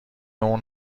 اون